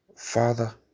Father